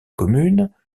commune